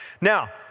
Now